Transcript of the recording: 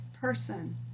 person